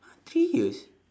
three years